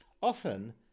Often